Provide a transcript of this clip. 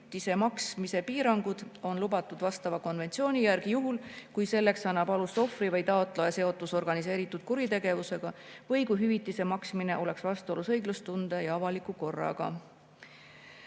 maksmise piirangud on lubatud vastava konventsiooni järgi juhul, kui selleks annab alust ohvri või taotleja seotus organiseeritud kuritegevusega või kui hüvitise maksmine oleks vastuolus õiglustunde ja avaliku korraga.